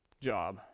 job